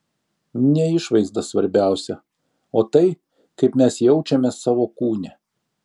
ne išvaizda svarbiausia o tai kaip mes jaučiamės savo kūne